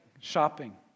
shopping